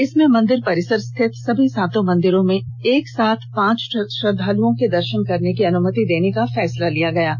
इसमें मंदिर परिसर स्थित सभी सातों मंदिरों में एक साथ पांच श्रद्वालुओं को दर्शन करने की अनुमति देने का फैसला लिया गया है